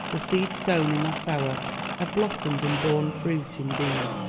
the seed sown in that hour had blossomed and borne fruit indeed.